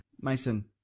Mason